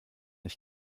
ich